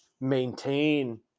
maintain